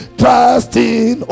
trusting